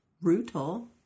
brutal